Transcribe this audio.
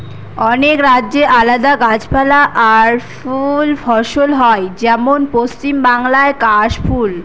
অনেক রাজ্যে আলাদা গাছপালা আর ফুল ফসল হয় যেমন পশ্চিম বাংলায় কাশ ফুল